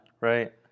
Right